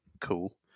cool